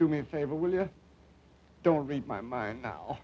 do me a favor when you don't read my mind